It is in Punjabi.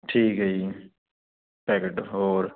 ਠੀਕ ਹੈ ਜੀ ਪੈਕਟ ਹੋਰ